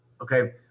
Okay